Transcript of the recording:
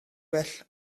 well